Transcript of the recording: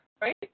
Right